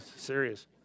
serious